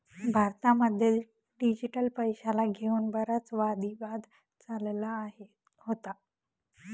भारतामध्ये डिजिटल पैशाला घेऊन बराच वादी वाद चालला होता